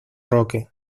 roque